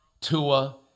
Tua